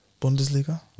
Bundesliga